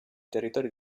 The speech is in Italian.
territori